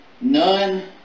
None